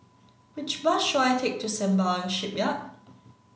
which bus should I take to Sembawang Shipyard